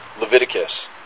Leviticus